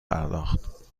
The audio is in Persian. پرداخت